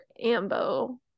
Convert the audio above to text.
Ambo